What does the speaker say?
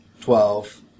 twelve